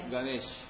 Ganesh